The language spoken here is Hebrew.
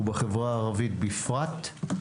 ובחברה הערבית בפרט.